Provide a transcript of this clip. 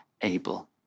able